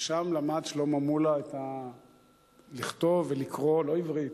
ושם למד שלמה מולה לכתוב ולקרוא, לא עברית,